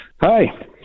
Hi